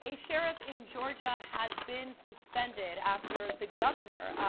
a sheriff in georgia has been suspended after the governor,